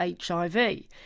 HIV